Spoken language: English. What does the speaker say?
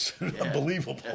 Unbelievable